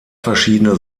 verschiedene